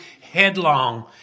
headlong